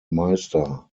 meister